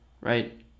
right